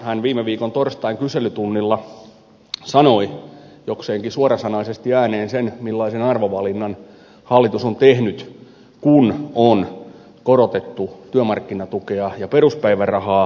hän viime viikon torstain kyselytunnilla sanoi jokseenkin suorasanaisesti ääneen sen millaisen arvovalinnan hallitus on tehnyt kun on korotettu työmarkkinatukea ja peruspäivärahaa